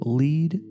lead